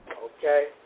Okay